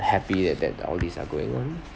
happy that that all these are going on